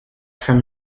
from